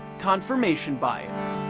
confirmation bias.